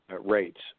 rates